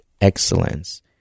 excellence